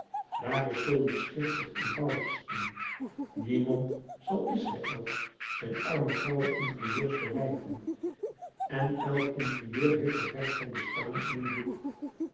daar is zoo iets schichtig eenvoudigs in niemand zal israëls zijn arme grauwe interieurs verwijten en elk interieur heeft toch recht van bestaan in een boek